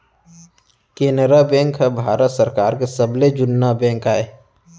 Canara bank ह भारत सरकार के सबले जुन्ना बेंक आय